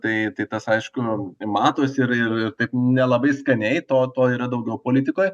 tai tai tas aišku matosi ir ir ir taip nelabai skaniai to to yra daugiau politikoj